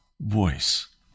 voice